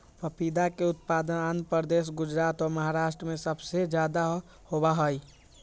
पपीता के उत्पादन आंध्र प्रदेश, गुजरात और महाराष्ट्र में सबसे ज्यादा होबा हई